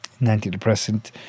antidepressant